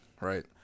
Right